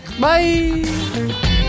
Bye